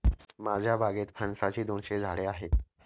माझ्या बागेत फणसाची दोनशे झाडे आहेत